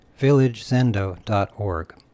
villagezendo.org